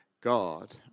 God